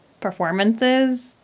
performances